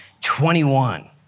21